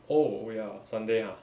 oh oh ya sunday ah